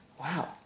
Wow